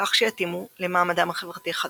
כך שיתאימו למעמדם החברתי החדש.